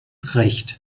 recht